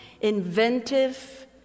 inventive